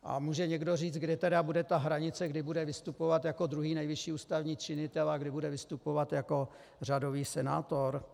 A může někdo říct, kdy tedy bude ta hranice, kdy bude vystupovat jako druhý nejvyšší ústavní činitel a kdy bude vystupovat jako řadový senátor?